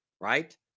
right